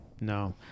No